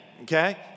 Okay